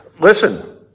listen